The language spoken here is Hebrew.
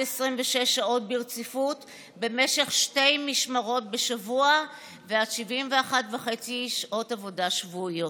26 שעות ברציפות במשך שתי משמרות בשבוע ועד 71.5 שעות עבודה שבועיות.